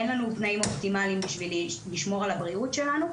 אין לנו תנאים אופטימליים בשביל לשמור על הבריאות שלנו,